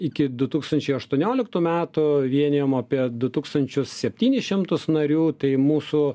iki du tūkstančiai aštuonioliktų metų vienijom apie du tūkstančius septynis šimtus narių tai mūsų